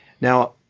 Now